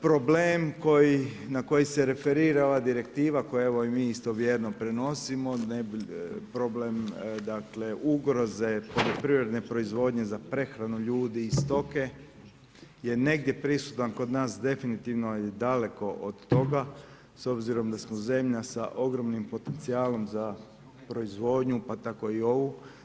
Problem koji, na koji se referira ova direktiva koju evo i mi isto vjerno prenosimo, problem dakle ugroze, poljoprivredne proizvodnje za prehranu ljudi i stoke je negdje prisutan kod nas definitivno daleko od toga s obzirom da smo zemlja sa ogromnim potencijalom za proizvodnju pa tako i ovu.